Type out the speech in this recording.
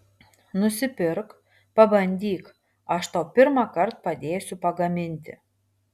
nusipirk pabandyk aš tau pirmąkart padėsiu pagaminti